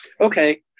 Okay